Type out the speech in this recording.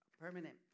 permanent